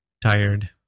tired